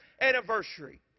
anniversary